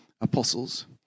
apostles